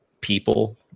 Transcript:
people